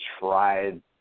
tried